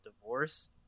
divorce